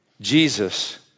Jesus